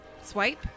Swipe